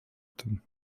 tym